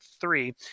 three